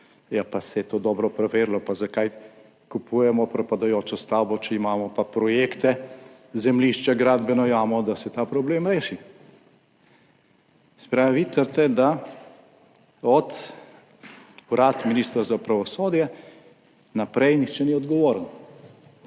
pa se je to dobro preverilo, pa zakaj kupujemo propadajočo stavbo, če imamo pa projekte, zemljišča, gradbeno jamo, da se ta problem reši. Se pravi, vi trdite, da od Urad ministra za pravosodje naprej nihče ni odgovoren.